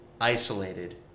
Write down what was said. isolated